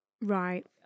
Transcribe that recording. Right